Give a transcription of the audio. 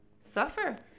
suffer